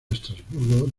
estrasburgo